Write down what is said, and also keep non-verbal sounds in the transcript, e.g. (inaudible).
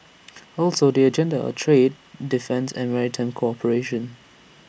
(noise) also the agenda are trade defence and maritime cooperation